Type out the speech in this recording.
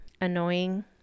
annoying